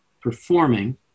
performing